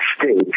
State